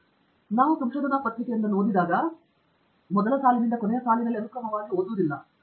ಫಾನಿಕುಮಾರ್ ನಾವು ಸಂಶೋಧನಾ ಪತ್ರಿಕೆಯೊಂದನ್ನು ಓದಿದಾಗ ನಾವು ಮೊದಲ ಸಾಲಿನಿಂದ ಕೊನೆಯ ಸಾಲಿನಲ್ಲಿ ಅನುಕ್ರಮವಾಗಿ ಓದುವುದಿಲ್ಲ ಎಂದರ್ಥ